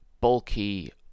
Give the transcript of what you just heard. bulky